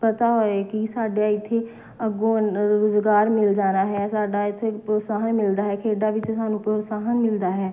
ਪਤਾ ਹੋਏ ਕਿ ਸਾਡੇ ਇੱਥੇ ਅੱਗੋਂ ਅਨ ਰੁਜ਼ਗਾਰ ਮਿਲ ਜਾਣਾ ਹੈ ਸਾਡਾ ਇੱਥੇ ਪ੍ਰੋਤਸਾਹਨ ਮਿਲਦਾ ਹੈ ਖੇਡਾਂ ਵਿੱਚ ਸਾਨੂੰ ਪ੍ਰੋਤਸਾਹਨ ਮਿਲਦਾ ਹੈ